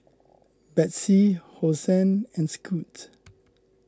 Betsy Hosen and Scoot